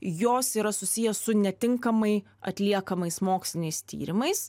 jos yra susiję su netinkamai atliekamais moksliniais tyrimais